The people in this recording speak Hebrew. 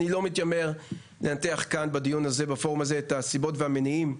אני לא מתיימר לנתח כאן בדיון הזה ובפורום הזה את הסיבות והמניעים.